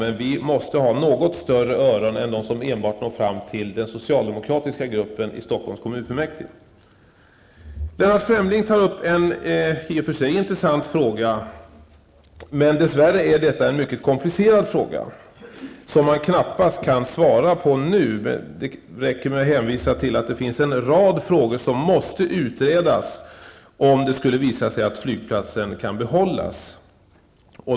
Men vi måste ha något större öron än de som enbart når fram till den socialdemokratiska gruppen i Lennart Fremling tar upp en i och för sig intressant fråga. Dess värre är det en mycket komplicerad fråga, som man knappast kan svara på nu. Det räcker med att hänvisa till att det finns en rad frågor som måste utredas, om det skulle visa sig att flygplatsen kan behållas.